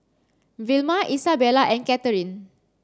Vilma Isabella and Katherine